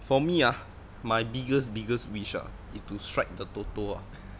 for me ah my biggest biggest wish ah is to strike the toto ah